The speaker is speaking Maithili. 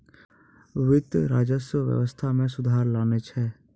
वित्त, राजस्व व्यवस्था मे सुधार लानै छै